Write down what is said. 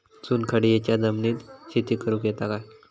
चुनखडीयेच्या जमिनीत शेती करुक येता काय?